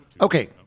Okay